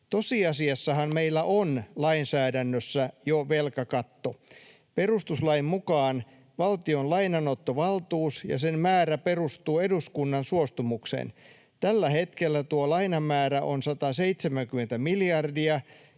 ’Tosiasiassahan meillä on lainsäädännössä jo velkakatto. Perustuslain mukaan valtion lainanottovaltuus ja sen määrä perustuu eduskunnan suostumukseen. Tällä hetkellä tuo lainamäärä on 170 miljardia,